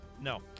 No